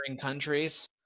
countries